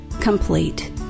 complete